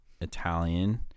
Italian